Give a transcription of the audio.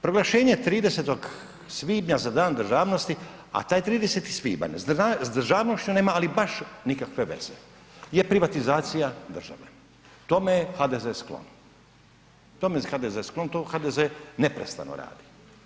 Proglašenje 30. svibnja za Dan državnosti a taj 30. svibanj sa državnošću nema amandman baš nikakve veze je privatizacija države, tome je HDZ sklon, tome je HDZ sklon, to HDZ neprestano radi.